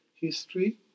history